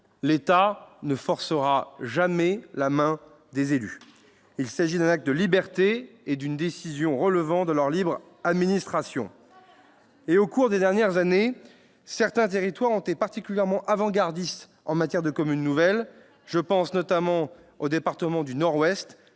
quand même, en baissant les dotations ! Il s'agit d'un acte de liberté, d'une décision relevant de leur libre administration. Au cours des dernières années, certains territoires ont été particulièrement avant-gardistes en matière de communes nouvelles. Je pense notamment aux départements du Nord-Ouest,